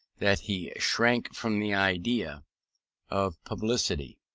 that he shrank from the idea of publicity.